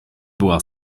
była